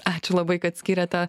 ačiū labai kad skyrėtė